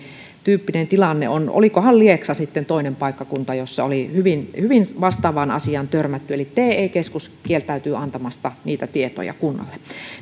tilanne on olikohan lieksa sitten toinen paikkakunta jossa oli hyvin hyvin vastaavaan asiaan törmätty eli te keskus kieltäytyy antamasta niitä tietoja kunnalle